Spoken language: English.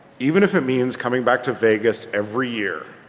even if it means coming back to vegas every year.